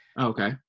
Okay